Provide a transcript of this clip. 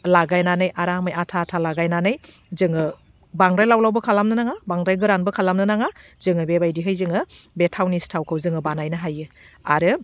लागायनानै आरामै आथा आथा लागायनानै जोङो बांद्राय लाव लावबो खालामनो नाङा बांद्राय गोरानबो खालामनो नाङा जोङो बेबायदिहै जोङो बे थावनि सिथावखौ जोङो बानायनो हायो आरो